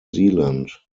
zealand